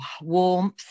warmth